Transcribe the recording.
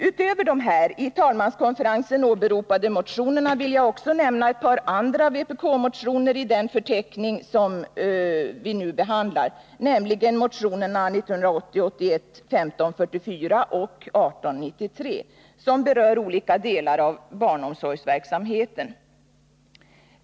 Utöver de här i talmanskonferensen åberopade motionerna vill jag också nämna ett par andra vpk-motioner i den förteckning som det nu gäller, nämligen motionerna 1980/81:1544 och 1893, som berör olika delar av barnomsorgsverksamheten.